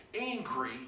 angry